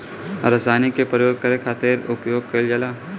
रसायनिक के प्रयोग करे खातिर का उपयोग कईल जाला?